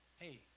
Hey